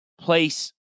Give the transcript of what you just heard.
place